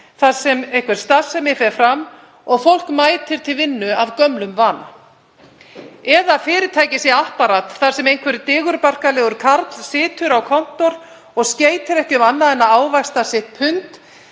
þar sem einhver starfsemi fer fram og fólk mætir til vinnu af gömlum vana eða fyrirtæki sé apparat þar sem einhver digurbarkalegur karl situr á kontór og skeytir ekki um annað en að ávaxta sitt pund.